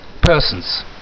persons